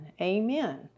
Amen